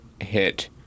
hit